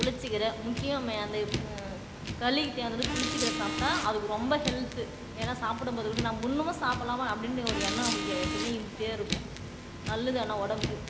புளிச்சை கீரை முக்கியம் அந்த களிக்கு தேவையான வந்து புளிச்சை கீரை சாப்பிட்டா அது ரொம்ப ஹெல்த் ஏன்னா சாப்பிடம்போதுகூட நான் இன்னுமே சாப்பிடலாமா அப்படின்னு ஒரு எண்ணம் நம்மளுக்கு எப்பவுமே இருந்துகிட்டே இருக்கும் நல்லது ஆனால் உடம்புக்கு